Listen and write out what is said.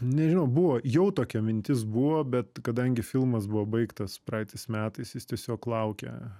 nežinau buvo jau tokia mintis buvo bet kadangi filmas buvo baigtas praeitais metais jis tiesiog laukia